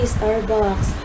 Starbucks